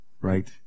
right